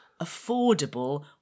affordable